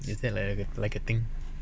is there like a like a thing